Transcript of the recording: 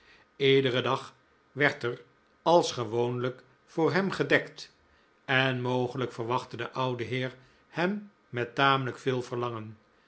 iederen dag werd er als gewoonlijk voor hem gedekt en mogelijk verwachtte de oude heer hem met tamelijk veel verlangen